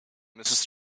mrs